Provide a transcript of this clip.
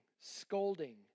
scolding